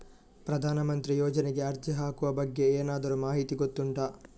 ಪ್ರಧಾನ ಮಂತ್ರಿ ಯೋಜನೆಗೆ ಅರ್ಜಿ ಹಾಕುವ ಬಗ್ಗೆ ಏನಾದರೂ ಮಾಹಿತಿ ಗೊತ್ತುಂಟ?